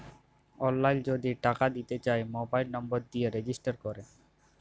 অললাইল যদি টাকা দিতে চায় মবাইল লম্বর দিয়ে রেজিস্টার ক্যরে